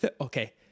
Okay